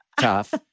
tough